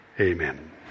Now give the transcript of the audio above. Amen